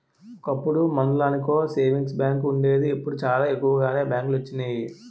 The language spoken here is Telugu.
ఒకప్పుడు మండలానికో సేవింగ్స్ బ్యాంకు వుండేది ఇప్పుడు చాలా ఎక్కువగానే బ్యాంకులొచ్చినియి